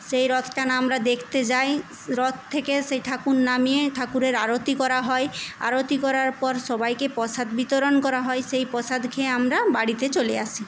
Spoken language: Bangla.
সেই রথ টানা আমরা দেখতে যাই রথ থেকে সেই ঠাকুর নামিয়ে ঠাকুরের আরতি করা হয় আরতি করার পর সবাইকে প্রসাদ বিতরণ করা হয় সেই প্রসাদ খেয়ে আমরা বাড়িতে চলে আসি